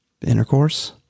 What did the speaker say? intercourse